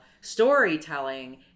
storytelling